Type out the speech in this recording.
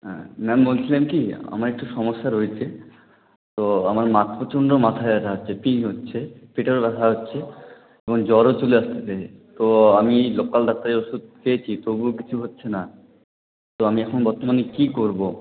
হ্যাঁ ম্যাম বলছিলাম কি আমার একটু সমস্যা রয়েছে তো আমার মা প্রচন্ড মাথা ব্যথা হচ্ছে পেন হচ্ছে পেটেও ব্যথা হচ্ছে এবং জ্বরও চলে আসছে তো আমি লোকাল ডাক্তারের ওষুধ খেয়েছি তবুও কিছু হচ্ছে না তো আমি এখন বর্তমানে কী করব